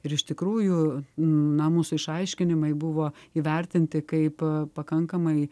ir iš tikrųjų na mūsų išaiškinimai buvo įvertinti kaip pakankamai